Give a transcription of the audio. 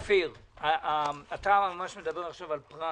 אופיר, אתה ממש מדבר עכשיו על פרט